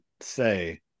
say